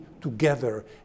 together